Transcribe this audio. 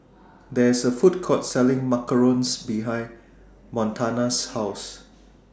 There IS A Food Court Selling Macarons behind Montana's House